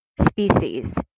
species